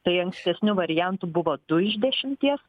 tai ankstesniu variantu buvo du iš dešimties